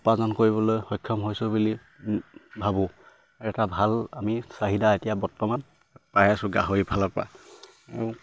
উপাৰ্জন কৰিবলৈ সক্ষম হৈছোঁ বুলি ভাবোঁ আৰু এটা ভাল আমি চাহিদা এতিয়া বৰ্তমান পাই আছোঁ গাহৰি ফালৰ পৰা আৰু